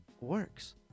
works